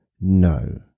No